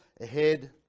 ahead